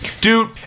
Dude